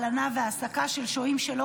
הלנה והעסקה של שוהים שלא